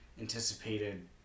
anticipated